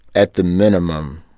at the minimum,